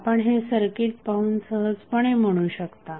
आपण हे सर्किट पाहून सहजपणे म्हणू शकतो